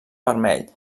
vermell